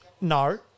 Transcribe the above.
No